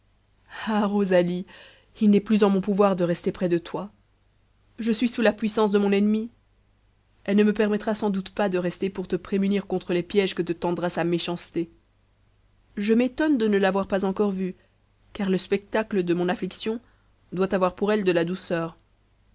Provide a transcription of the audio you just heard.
rosalie il n'est plus en mon pouvoir de rester près de toi je suis sous la puissance de mon ennemie elle ne me permettra sans doute pas de rester pour te prémunir contre les pièges que te tendra sa méchanceté je m'étonne de ne l'avoir pas encore vue car le spectacle de mon affliction doit avoir pour elle de la douceur